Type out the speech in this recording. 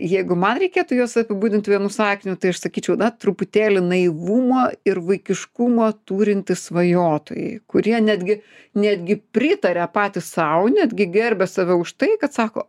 jeigu man reikėtų juos apibūdint vienu sakiniu tai aš sakyčiau na truputėlį naivumo ir vaikiškumo turintys svajotojai kurie netgi netgi pritaria patys sau netgi gerbia save už tai kad sako